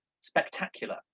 Spectacular